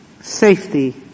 safety